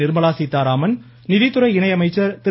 நிர்மலா சீத்தாராமன் நிதித்துறை இணையமைச்சர் திரு